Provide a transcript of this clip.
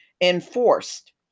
enforced